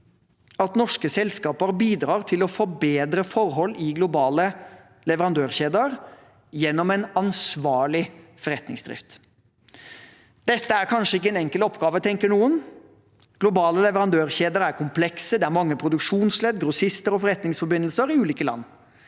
at norske selskaper bidrar til å forbedre forhold i globale leverandørkjeder gjennom en ansvarlig forretningsdrift. Dette er kanskje ikke en enkel oppgave, tenker noen. Globale leverandørkjeder er komplekse, det er mange produksjonsledd og grossister og forretningsforbindelser i ulike land.